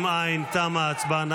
אם אין, תמה ההצבעה.